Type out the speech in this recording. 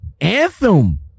Anthem